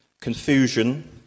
confusion